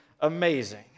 amazing